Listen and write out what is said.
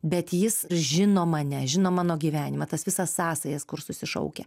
bet jis žino mane žino mano gyvenimą tas visas sąsajas kur susišaukia